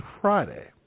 Friday